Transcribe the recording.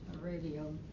radio